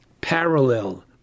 parallel